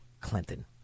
Clinton